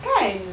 kan